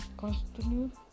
continue